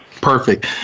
Perfect